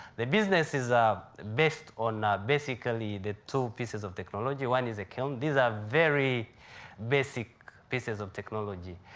the business is based on basically the two pieces of technology. one is a kiln. these are very basic pieces of technology.